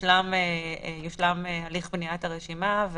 יושלם הליך בניית הרשימה.